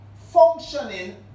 functioning